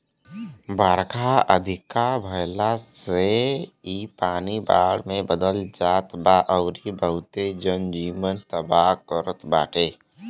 बरखा अधिका भयला से इ पानी बाढ़ में बदल जात बा अउरी बहुते जन जीवन तबाह करत बाटे